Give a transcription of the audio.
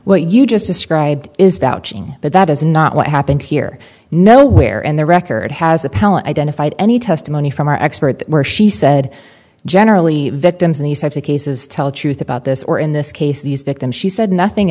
what you just described is vouching but that is not what happened here nowhere and the record has appellant identified any testimony from our expert where she said generally victims in these types of cases tell the truth about this or in this case these victims she said nothing